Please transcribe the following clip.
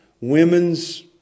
women's